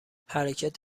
حرکت